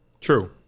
True